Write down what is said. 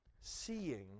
seeing